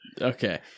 Okay